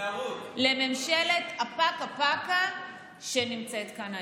לממשלת הפקה-פקה שנמצאת כאן היום.